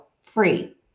free